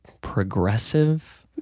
progressive